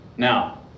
Now